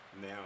now